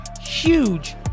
huge